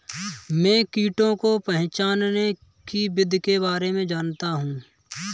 मैं कीटों को पहचानने की विधि के बारे में जनता हूँ